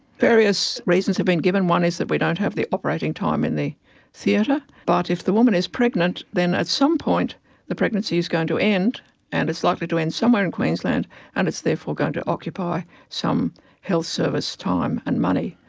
various reasons have been given. one is that we don't have the operating time in the theatre. but if the woman is pregnant, then at some point the pregnancy is going to end and it's likely to end somewhere in queensland and is therefore going to occupy some health service time and money.